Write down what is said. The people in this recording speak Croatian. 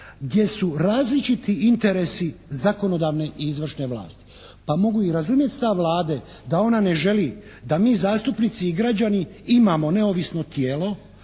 gdje su različiti interesi zakonodavne i izvršne vlasti pa mogu i razumjeti stav Vlade da ona ne želi da mi zastupnici i građani imamo neovisno tijelo